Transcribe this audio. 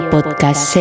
Podcast